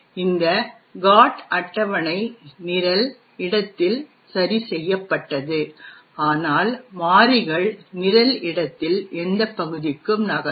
இந்த GOT அட்டவணை நிரல் இடத்தில் சரி செய்யப்பட்டது ஆனால் மாறிகள் நிரல் இடத்தில் எந்த பகுதிக்கும் நகரும்